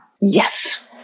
Yes